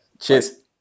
Cheers